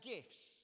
Gifts